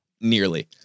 nearly